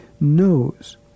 knows